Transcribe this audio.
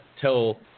tell